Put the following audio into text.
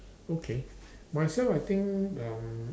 okay myself I think um